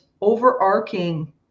overarching